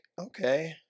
okay